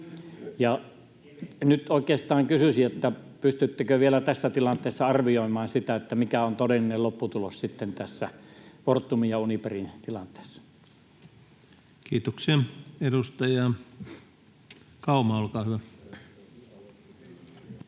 Nyt oikeastaan kysyisin: pystyttekö vielä tässä tilanteessa arvioimaan, mikä on todellinen lopputulos sitten tässä Fortumin ja Uniperin tilanteessa? Kiitoksia. — Edustaja Kauma, olkaa hyvä.